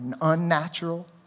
unnatural